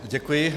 Děkuji.